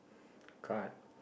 card